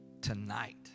tonight